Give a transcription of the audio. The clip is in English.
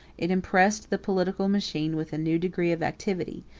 it impressed the political machine with a new degree of activity,